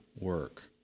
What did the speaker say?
work